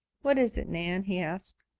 what is it, nan? he asked.